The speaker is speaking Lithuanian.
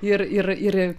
ir ir ir